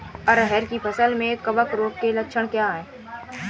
अरहर की फसल में कवक रोग के लक्षण क्या है?